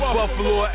Buffalo